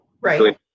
right